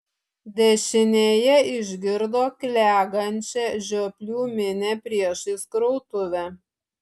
dešinėje išgirdo klegančią žioplių minią priešais krautuvę